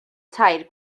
tair